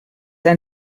ein